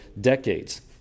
decades